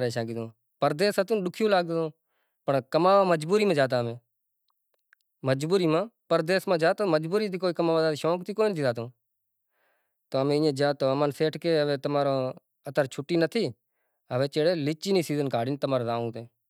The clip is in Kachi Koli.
ای ڈینہں ماتا پاروتی ائیں شو بھگوان رو مطلب ویواہ تھیتو ان بیزی اسکول ری شوٹی مطلب میڑو تھے گیو میڑو آنپڑے راماپیر رو میڑو تھے گیو راماپیر رے میڑے تے شوٹی لاساں، مطلب جھنڈا وغیرا باندھے بتیوں مطلب سینگار کرے اینی پانڑی پی راں